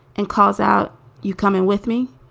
and claws out you come in with me.